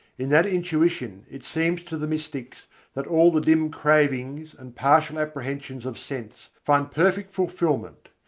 in that intuition it seems to the mystics that all the dim cravings and partial apprehensions of sense find perfect fulfilment.